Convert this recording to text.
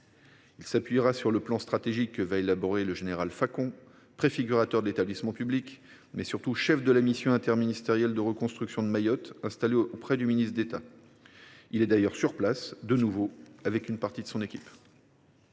Il s’appuiera sur le plan stratégique que va élaborer le général Facon, préfigurateur de l’établissement public et, surtout, chef de la mission interministérielle de reconstruction de Mayotte installée auprès du ministre d’État. Celui ci est de nouveau sur place, avec une partie de son équipe.